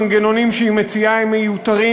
המנגנונים שהיא מציעה הם מיותרים,